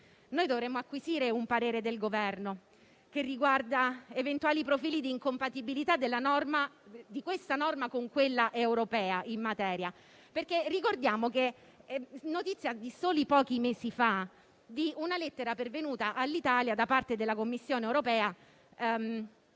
dovremmo acquisire un parere del Governo relativamente ad eventuali profili di incompatibilità di questa norma con quella europea in materia, perché ricordiamo che è notizia di pochi mesi fa di una lettera pervenuta all'Italia da parte della Commissione europea